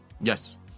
Yes